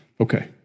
Okay